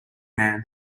man